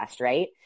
Right